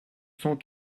cent